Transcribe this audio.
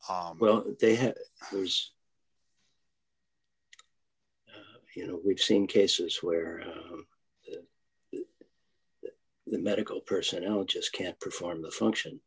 well they have those you know we've seen cases where the medical personnel just can't perform the function